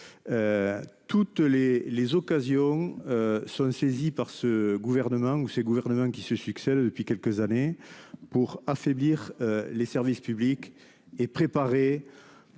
Toutes les les occasions. Sont saisis par ce gouvernement ou ces gouvernements qui se succèdent depuis quelques années pour affaiblir les services publics et préparer.